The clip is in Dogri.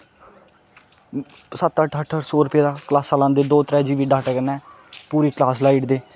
सत्त अट्ठ अट्ठ सौ रपेआ क्लासां लांदे दो त्रै जी बी डाटे कन्नै पूरी क्लास लेई ओड़दे